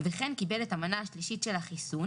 וכן קיבל את המנה השלישית של החיסון,